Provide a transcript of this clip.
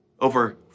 Over